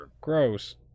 gross